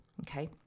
okay